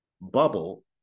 bubble